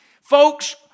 Folks